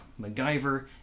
MacGyver